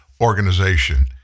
organization